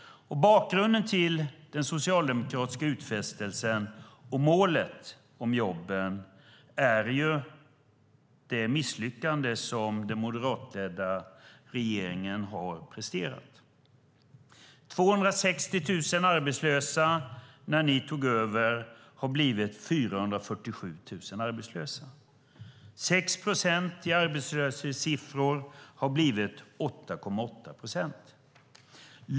Bakgrunden till den socialdemokratiska utfästelsen och målet om jobben är det misslyckande som den moderatledda regeringen har presterat. 260 000 arbetslösa när ni tog över har blivit 447 000 arbetslösa. Arbetslöshetssiffror på 6 procent har ökat till 8,8 procent.